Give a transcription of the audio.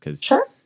Sure